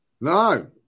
No